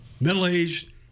middle-aged